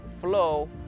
flow